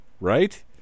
right